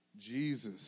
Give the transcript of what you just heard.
Jesus